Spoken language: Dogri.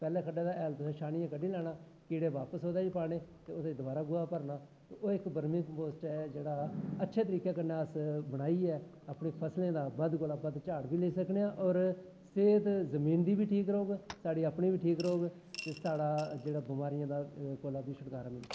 पैह्ले खड्डे दा हैल तुसैं सानियां कड्डी लैना कीड़े ओह्दै च बापस पाने ते दवारा खड्डा भरना त् एह्अच्छे तरीके कन्नै तुस बनाइयै फसलें दा बद्द कोला दा बद्द झाड़ बी लेई सकने आं सेह्त जमीन दी बी ठीक रौह्ग साढ़ी बी ठीक रौह्ग साढ़ा जेह्ड़ा बिमारियें दा छुटकारा मिली सकदा